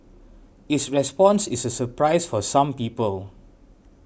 its response is a surprise for some people